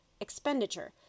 expenditure